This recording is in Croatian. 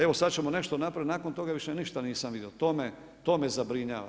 Evo, sad ćemo nešto napraviti, nakon toga više ništa nisam vidio, to me zabrinjava.